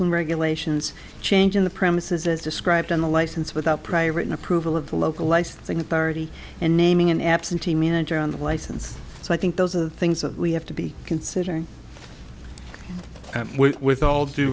and regulations changing the premises as described in the license without prior written approval of the local licensing authority and naming an absentee manager on the license so i think those are things that we have to be considering with all due